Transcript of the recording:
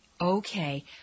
Okay